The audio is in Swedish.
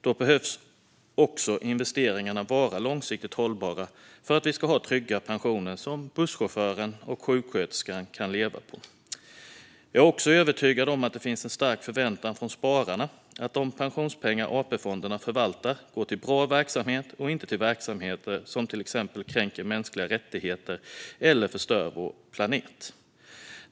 Då behöver investeringarna vara långsiktigt hållbara för att vi ska ha trygga pensioner som busschauffören och sjuksköterskan kan leva på. Jag är också övertygad om att det finns en stark förväntan från spararna att de pensionspengar AP-fonderna förvaltar går till bra verksamheter och inte till verksamheter som till exempel kränker mänskliga rättigheter eller förstör vår planet.